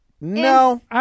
no